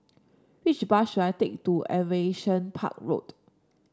which bus should I take to Aviation Park Road